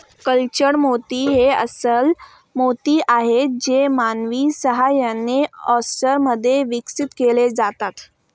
cultured मोती हे अस्स्ल मोती आहेत जे मानवी सहाय्याने, ऑयस्टर मध्ये विकसित केले जातात